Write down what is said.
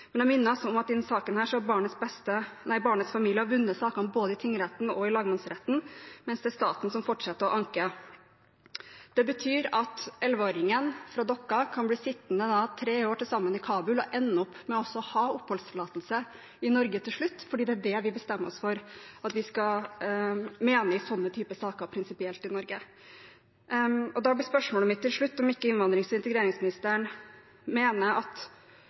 Men jeg minner om at i denne saken har barnets familie vunnet sakene både i tingretten og i lagmannsretten, mens det er staten som fortsetter å anke. Det betyr at 11-åringen fra Dokka kan bli sittende tre år til sammen i Kabul og til slutt ende opp med å ha oppholdstillatelse i Norge, fordi det er det vi bestemmer oss for at vi skal mene prinsipielt i denne typen saker i Norge. Da blir spørsmålet mitt til slutt om ikke innvandrings- og integreringsministeren mener at